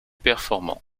performants